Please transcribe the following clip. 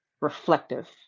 reflective